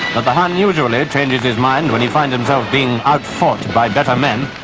but the hun usually changes his mind when he find himself being outfought by better men.